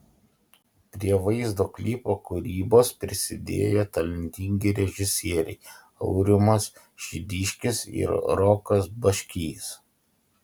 prie vaizdo klipo kūrybos prisidėjo talentingi režisieriai aurimas šidiškis ir rokas baškys